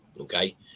okay